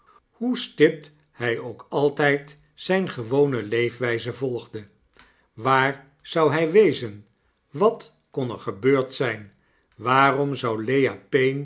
hoe stipt hy ook altyd zyne gewone leefwyze volgde waar zou hy wezen wat kon er gebeurd zyn waarom zou lea